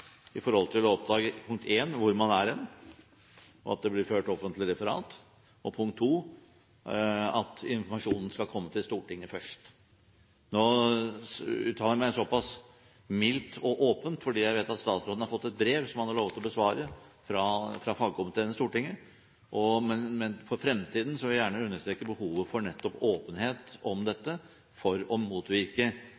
punkt 1) hvor man er hen, og at det blir ført offentlige referater, og punkt 2) at informasjonen skal komme til Stortinget først. Nå uttaler jeg meg såpass mildt og åpent, fordi jeg vet at statsråden har fått et brev som han har lovet å besvare, fra fagkomiteen i Stortinget, men for fremtiden vil jeg gjerne understreke behovet for nettopp åpenhet om